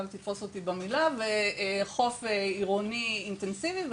וחוף עירוני אינטנסיבי,